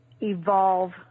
evolve